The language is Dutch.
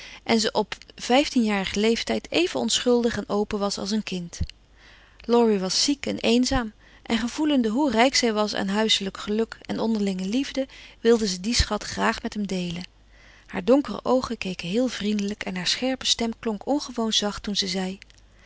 en ze op vijftienjarigen leeftijd even onschuldig en open was als een kind laurie was ziek en eenzaam en gevoelende hoe rijk zij was aan huiselijk geluk en onderlinge liefde wilde ze dien schat graag met hem deelen haar donkere oogen keken heel vriendelijk en haar scherpe stem klonk ongewoon zacht toen ze zei